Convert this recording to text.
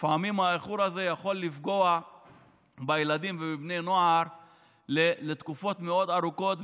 לפעמים האיחור הזה יכול לפגוע בילדים ובבני נוער לתקופות מאוד ארוכות,